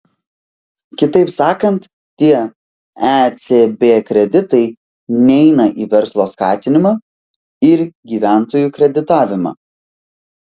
kitaip sakant tie ecb kreditai neina į verslo skatinimą ir gyventojų kreditavimą